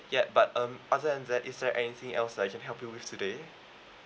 yet but um other than that is there anything else I can help you with today